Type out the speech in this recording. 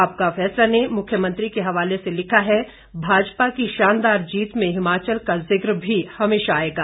आपका फैसला ने मुख्यमंत्री के हवाले से लिखा है भाजपा की शानदार जीत में हिमाचल का जिक भी हमेशा आएगा